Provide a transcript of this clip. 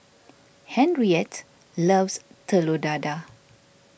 Henriette loves Telur Dadah